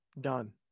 done